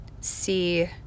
see